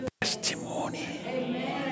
testimony